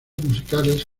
musicales